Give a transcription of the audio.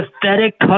pathetic